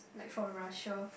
like for Russia